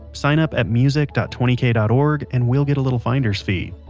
sign up at music dot twenty kay dot org and we'll get a little finder's fee.